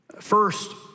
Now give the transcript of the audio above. First